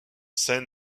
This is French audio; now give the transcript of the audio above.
scène